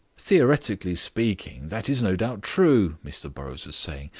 theoretically speaking, that is no doubt true, mr burrows was saying,